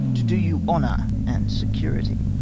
to do you honour and security.